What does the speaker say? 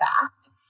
FAST